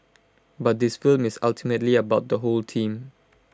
but this film is ultimately about the whole team